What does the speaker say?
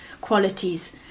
qualities